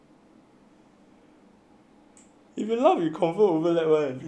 if you laugh you confirm overlap I mean it's impossible to avoid it